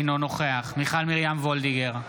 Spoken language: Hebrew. אינו נוכח מיכל מרים וולדיגר,